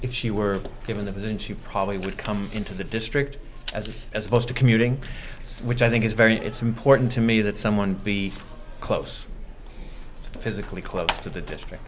if she were given the vin she probably would come into the district as a as opposed to commuting which i think is very it's important to me that someone be close physically close to the district